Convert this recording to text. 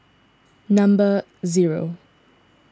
number zero